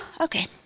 Okay